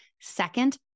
Second